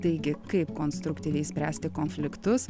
taigi kaip konstruktyviai spręsti konfliktus